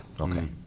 okay